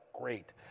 great